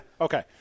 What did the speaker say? Okay